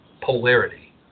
polarity